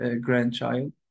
grandchild